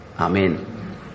Amen